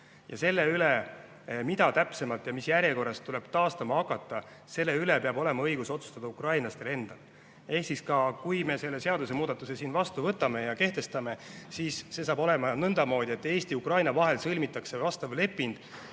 Selle üle, mida täpsemalt ja mis järjekorras tuleb taastama hakata, peab olema õigus otsustada ukrainlastel endal. Ehk siis, kui me selle seadusemuudatuse siin vastu võtame ja kehtestame, siis see saab olema nõndamoodi, et Eesti ja Ukraina vahel sõlmitakse vastav leping